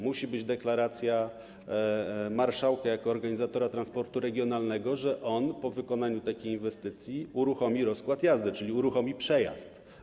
Musi być deklaracja marszałka jako organizatora transportu regionalnego, że on po wykonaniu takiej inwestycji uruchomi rozkład jazdy, czyli uruchomi przejazd.